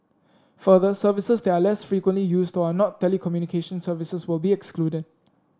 further services that are less frequently used or are not telecommunication services will be excluded